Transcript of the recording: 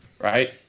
right